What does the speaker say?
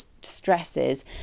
stresses